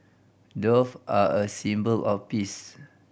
dove are a symbol of peace